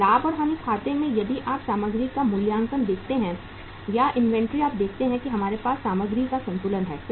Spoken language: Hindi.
इस लाभ और हानि खाते में यदि आप सामग्री का मूल्यांकन देखते हैं या इन्वेंट्री आप देखते हैं कि हमारे पास सामग्री का संतुलन है